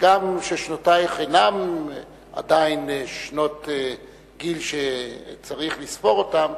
וגם כששנותייך אינן עדיין שנות גיל שצריך לספור אותן,